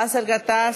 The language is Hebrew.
באסל גטאס,